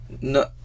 No